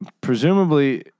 presumably